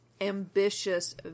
ambitious